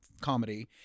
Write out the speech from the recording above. comedy